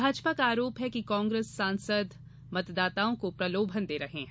भाजपा का आरोप है कि कांग्रेस सांसद मतदाताओं को प्रलोभन दे रहे हैं